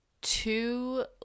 two